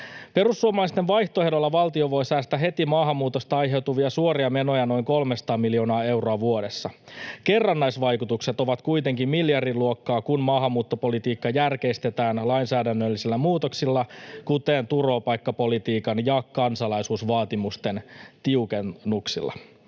Perussuomalaisten vaihtoehdolla valtio voi säästää heti maahanmuutosta aiheutuvia suoria menoja noin 300 miljoonaa euroa vuodessa. Kerrannaisvaikutukset ovat kuitenkin miljardiluokkaa, kun maahanmuuttopolitiikka järkeistetään lainsäädännöllisillä muutoksilla, kuten turvapaikkapolitiikan ja kansalaisuusvaatimusten tiukennuksilla.